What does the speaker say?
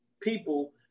people